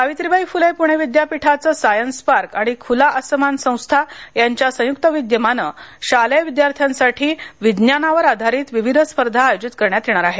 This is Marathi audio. सावित्रीबाई फुले पुणे विद्यापीठाच सायन्स पार्क आणि खुला आसमान संस्था यांच्या संयुक्त विद्यमान शालेय विद्यार्थ्यांसाठी विज्ञानावर आधारित विविध स्पर्धा आयोजित करण्यात येणार आहेत